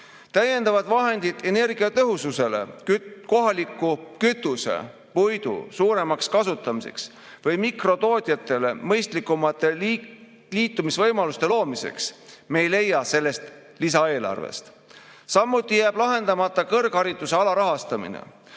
Täiendavaid vahendeid energiatõhususele, kohaliku kütuse, puidu suuremaks kasutamiseks või mikrotootjatele mõistlikumate liitumisvõimaluste loomiseks me sellest lisaeelarvest ei leia. Samuti jääb lahendamata kõrghariduse alarahastamine.